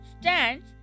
stands